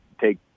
take